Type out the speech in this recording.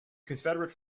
confederate